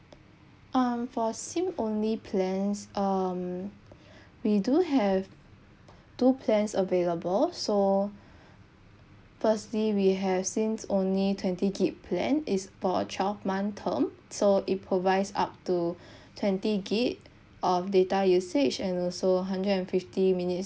um for SIM only plans um we do have two plans available so firstly we have sims only twenty G_B plan it's for twelve month term so it provides up to twenty gb of data usage and also hundred and fifty minutes